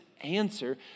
answer